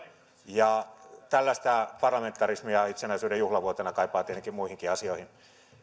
tällaista parlamentarismia itsenäisyyden juhlavuotena kaipaa tietenkin muihinkin asioihin